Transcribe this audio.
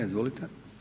Izvolite.